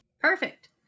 Perfect